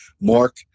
Mark